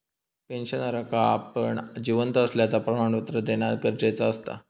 पेंशनरका आपण जिवंत असल्याचा प्रमाणपत्र देना गरजेचा असता